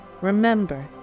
remember